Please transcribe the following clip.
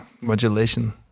modulation